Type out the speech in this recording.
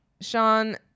Sean